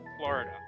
Florida